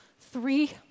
three